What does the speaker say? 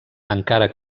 encara